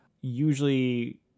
usually